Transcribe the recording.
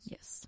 Yes